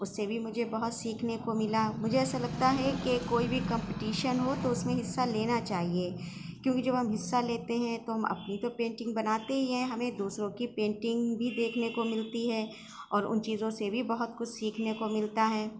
اس سے بھی مجھے بہت سیکھنے کو ملا مجھے ایسا لگتا ہے کہ کوئی بھی کمپٹشین ہو تو اس میں حصہ لینا چاہیے کیونکہ جب ہم حصہ لیتے ہیں تو ہم اپنی تو پینٹنگ بناتے ہی ہیں ہمیں دوسروں کی پینٹنگ بھی دیکھنے کو ملتی ہے اور ان چیزوں سے بھی بہت کچھ سیکھنے کو ملتا ہے